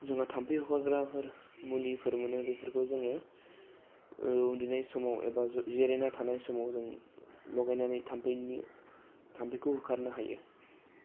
जोंहा थाम्फै हखारग्राफोर मुलिफोर मोनो बेफोरखौ जोङो ओह उन्दुनाय समाव एबा ज जिरायना थानाय समाव जों लगायनानै थाम्फैनि थाम्फैखौ होखारनो हायो